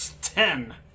Ten